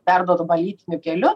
perduodama lytiniu keliu